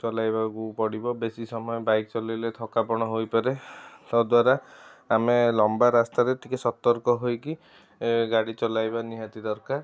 ଚଲାଇବାକୁ ପଡ଼ିବ ବେଶୀ ସମୟ ବାଇକ ଚଲାଇଲେ ଥକା ପଣ ହୋଇପାରେ ଯଦ୍ବାରା ଆମେ ଲମ୍ବା ରାସ୍ତାରେ ଟିକେ ସତର୍କ ହୋଇକି ଏ ଗାଡ଼ି ଚଲାଇବା ନିହାତି ଦରକାର